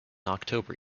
october